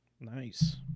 Nice